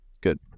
good